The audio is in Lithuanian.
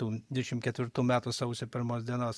tų dvidešim ketvirtų metų sausio pirmos dienos